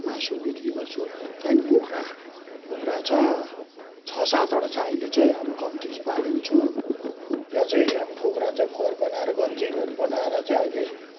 मासु बिक्री गर्छु त्यहाँदेखि कुखुरा कुखुरा छ छ सातवटा अहिले चाहिँ अब कम्ती पालेको छु त्यहाँ चाहिँ अब कुखरा चाहिँ खोर बनाएर जन्जिरहरू बनाएर चाहिँ अहिले